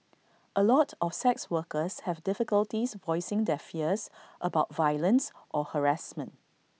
A lot of sex workers have difficulties voicing their fears about violence or harassment